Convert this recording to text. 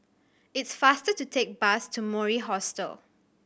it is faster to take bus to Mori Hostel